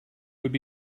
would